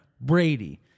Brady